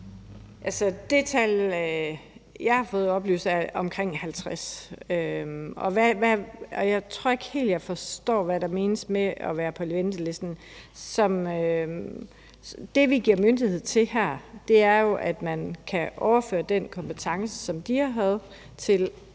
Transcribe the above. Det tal, jeg har fået oplyst, er omkring 50. Jeg tror ikke helt, jeg forstår, hvad der menes med at være på venteliste. Det, vi giver myndighed til her, er, at man kan overføre den kompetence, som DIA havde, til